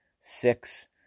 six